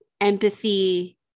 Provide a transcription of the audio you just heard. Empathy